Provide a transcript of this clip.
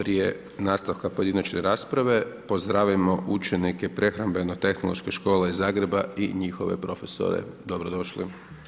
Prije nastavka pojedinačne rasprave, pozdravimo učenike Prehrambeno-tehnološke škole iz Zagreba i njihove profesore, dobro došli.